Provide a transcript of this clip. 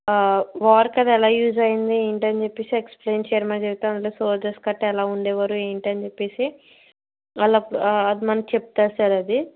వార్కి అది ఎలా యూజ్ అయ్యింది ఏంటని చెప్పేసి ఎక్స్ప్లెయిన్ చేయడమనేది సోల్జర్స్ కట్ట ఎలా ఉండేవారు ఏంటని చెప్పేసి వాళ్ళ మనకి చెప్తారు సార్ అది